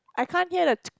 I can't hear the